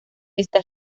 esta